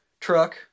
truck